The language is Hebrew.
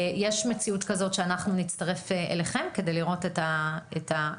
יש מציאות כזאת שאנחנו נצטרף אליכם כדי לראות את העציר?